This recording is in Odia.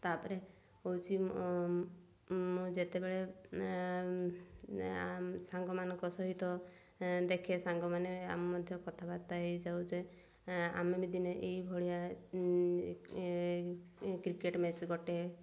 ତା'ପରେ ହେଉଛି ମୁଁ ଯେତେବେଳେ ସାଙ୍ଗମାନଙ୍କ ସହିତ ଦେଖେ ସାଙ୍ଗମାନେ ଆମେ ମଧ୍ୟ କଥାବାର୍ତ୍ତା ହେଇଯାଉଛେ ଆମେ ବି ଦିନେ ଏଇଭଳିଆ କ୍ରିକେଟ ମ୍ୟାଚ ଗୋଟେ